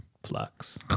Flux